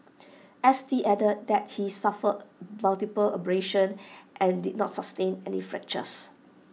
S T added that he suffered multiple abrasions and did not sustain any fractures